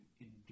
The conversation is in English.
endure